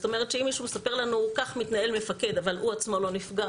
זאת אומרת שאם מישהו מספר לנו שכך מתנהל מפקד אבל הוא עצמו לא נפגע,